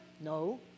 No